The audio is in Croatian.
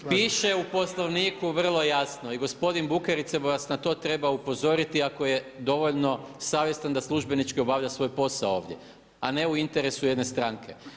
Piše u Poslovniku vrlo jasno i gospodin Bukarica bi vas na to trebao upozoriti ako je dovoljno savjestan da službenički obavlja svoj posao ovdje a ne u interesu jedne stranke.